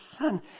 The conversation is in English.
son